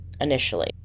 initially